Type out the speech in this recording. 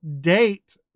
date